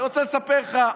אני רוצה לספר לך,